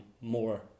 more